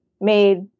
made